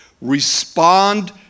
respond